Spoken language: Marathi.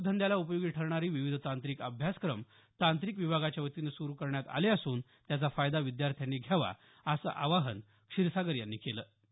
उद्योग धंद्याला उपयोगी ठरणारी विविध तांत्रिक अभ्यासक्रम तांत्रिक विभागाच्या वतीनं सुरु करण्यात आले असून त्याचा फायदा विद्यार्थ्यांनी घ्यावा असं आवाहन क्षीरसागर यांनी यावेळी केलं